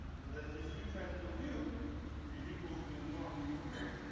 so that's just u transpose u, which is equal to the norm u squared,